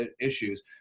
issues